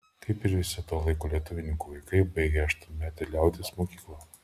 kaip ir visi to laiko lietuvininkų vaikai baigė aštuonmetę liaudies mokyklą